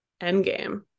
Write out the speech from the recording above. Endgame